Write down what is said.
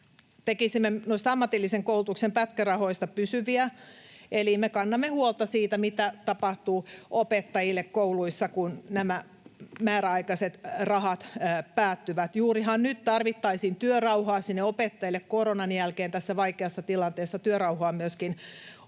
noista ammatillisen koulutuksen pätkärahoista pysyviä, eli me kannamme huolta siitä, mitä tapahtuu opettajille kouluissa, kun nämä määräaikaiset rahat päättyvät. Juurihan nyt tarvittaisiin työrauhaa sinne opettajille koronan jälkeen tässä vaikeassa tilanteessa ja työrauhaa myöskin opiskelijoille